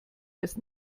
als